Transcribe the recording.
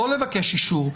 לא לבקש אישור,